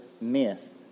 myth